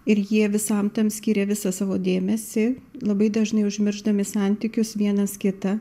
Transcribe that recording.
ir jie visam tam skyrė visą savo dėmesį labai dažnai užmiršdami santykius vienas kitą